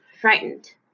frightened